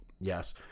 Yes